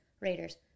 Raiders